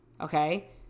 Okay